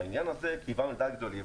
בעניין הזה כיוונו לדעת גדולים,